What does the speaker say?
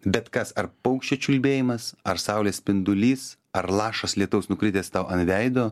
bet kas ar paukščio čiulbėjimas ar saulės spindulys ar lašas lietaus nukritęs tau ant veido